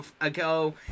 ago